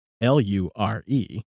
L-U-R-E